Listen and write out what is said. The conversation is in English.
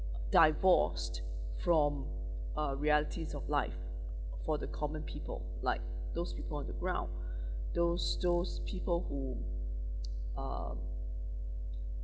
divorced from uh realities of life for the common people like those people on the ground those those people who um